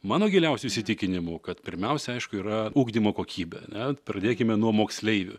mano giliausiu įsitikinimu kad pirmiausia aišku yra ugdymo kokybė ane pradėkime nuo moksleivių